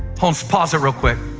pause pause it real quick.